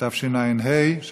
התשע"ה 2015,